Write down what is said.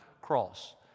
cross